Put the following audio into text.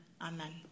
Amen